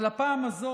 אבל הפעם הזו,